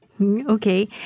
Okay